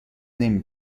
نمی